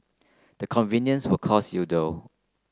the convenience will cost you though